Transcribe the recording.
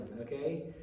okay